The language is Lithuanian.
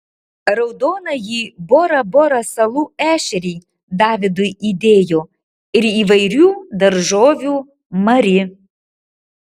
raudonąjį bora bora salų ešerį davidui įdėjo ir įvairių daržovių mari